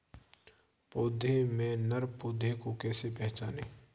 पौधों में नर पौधे को कैसे पहचानें?